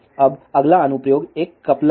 अब अगला अनुप्रयोग एक कपलर है